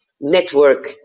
network